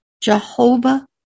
Jehovah